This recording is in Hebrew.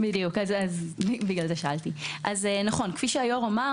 כפי שאמר היו"ר,